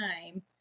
time